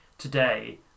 Today